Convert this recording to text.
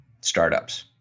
startups